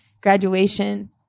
graduation